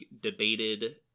debated